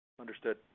Understood